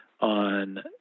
on